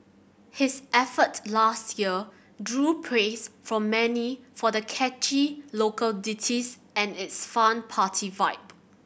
his effort last year drew praise from many for the catchy local ditties and its fun party vibe